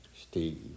Steve